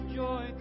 joy